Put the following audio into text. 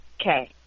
Okay